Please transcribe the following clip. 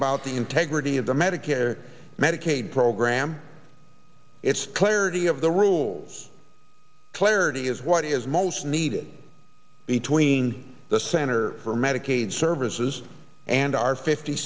about the integrity of the medicare medicaid program its clarity of the rules clarity is what is most needed between the center for medicaid services and our fifty